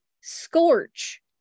scorch